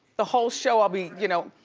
the whole show i'll be, you know,